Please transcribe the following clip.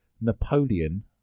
Napoleon